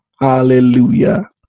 Hallelujah